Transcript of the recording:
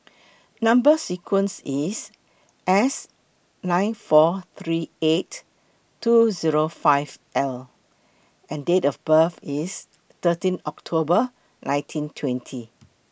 Number sequence IS S nine four three eight two Zero five L and Date of birth IS thirteen October nineteen twenty